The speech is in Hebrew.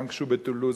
גם כשהוא בטולוז,